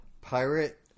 Pirate